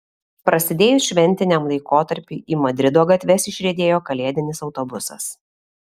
prasidėjus šventiniam laikotarpiui į madrido gatves išriedėjo kalėdinis autobusas